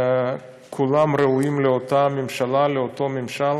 כולם ראויים לאותה ממשלה, לאותו ממשל,